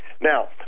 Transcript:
Now